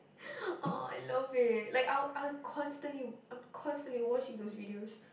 !aww! I love it like I'll I'll constantly I'm constantly watching those videos